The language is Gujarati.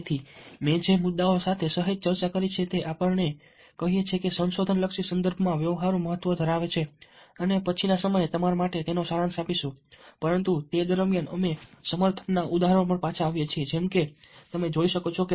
તેથી મેં જે મુદ્દાઓ સહેજ ચર્ચા કર્યા છે તે આપણે કહીએ કે સંશોધન લક્ષી સંદર્ભો માં વ્યવહારુ મહત્વ ધરાવે છે અને અમે પછીના સમયે તમારા માટે તેનો સારાંશ આપીશું પરંતુ તે દરમિયાન અમે સમર્થનના ઉદાહરણો પર પાછા આવીએ છીએ જેમ તમે જોઈ શકો છો